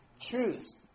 truths